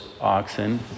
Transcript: oxen